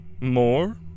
More